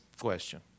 question